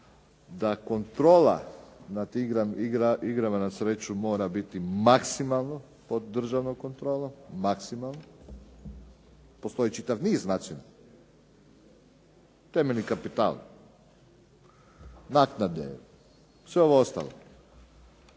da kontrola na tim igrama na sreću mora biti maksimalno pod državnom kontrolom, maksimalno. Postoji čitav niz maksimalno, temeljni kapital, naknade, sve ovo ostalo.